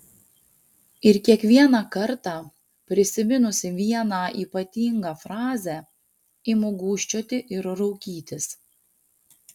ir kiekvieną kartą prisiminusi vieną ypatingą frazę imu gūžčioti ir raukytis